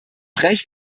recht